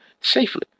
safely